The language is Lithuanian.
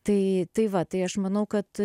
tai tai va tai aš manau kad